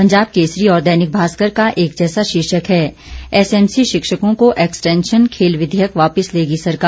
पंजाब केसरी और दैनिक भास्कर का एक जैसा शीर्षक है एसएमसी शिक्षकों को एक्सटेंशन खेल विधेयक वापिस लेगी सरकार